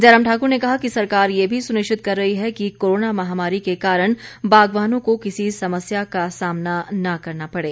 जयराम ठाकुर ने कहा कि सरकार ये भी सुनिश्चित कर रही है कि कोरोना महामारी के कारण बागवानों को किसी समस्या का सामना न करना पड़े